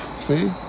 See